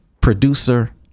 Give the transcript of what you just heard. producer